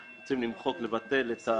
לא רוצים למחוק את היצרנים.